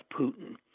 Putin